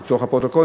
לצורך הפרוטוקול,